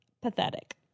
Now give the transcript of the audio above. pathetic